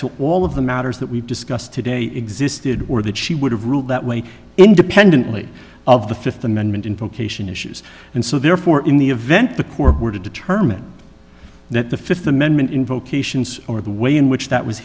to all of the matters that we discussed today existed or that she would have ruled that way independently of the fifth amendment in vocation issues and so therefore in the event the corp were to determine that the fifth amendment in vocations or the way in which that was